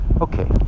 Okay